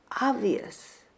obvious